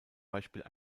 beispiel